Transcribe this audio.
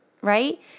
right